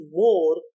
more